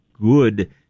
good